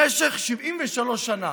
במשך 73 שנה.